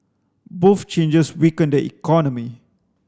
both changes weaken the economy